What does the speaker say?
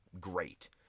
great